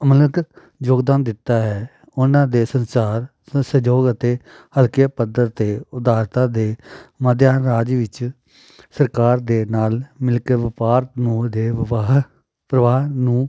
ਅਮੁਲਕ ਯੋਗਦਾਨ ਦਿੱਤਾ ਹੈ ਉਹਨਾਂ ਦੇ ਸੰਸਾਰ ਸੰ ਸਹਿਯੋਗ ਅਤੇ ਹਲਕੇ ਪੱਧਰ 'ਤੇ ਉਦਾਰਤਾ ਦੇ ਮਾਧਿਅਮ ਰਾਜ ਵਿੱਚ ਸਰਕਾਰ ਦੇ ਨਾਲ ਮਿਲ ਕੇ ਵਪਾਰ ਨੂੰ ਦੇਵ ਬਾਹਰ ਪ੍ਰਵਾਹ ਨੂੰ